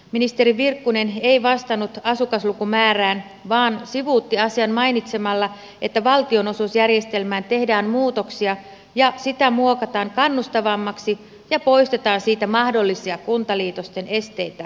ministeri virkkunen ei vastannut asukaslukumäärään vaan sivuutti asian mainitsemalla että valtionosuusjärjestelmään tehdään muutoksia ja sitä muokataan kannustavammaksi ja poistetaan siitä mahdollisia kuntaliitosten esteitä